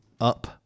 up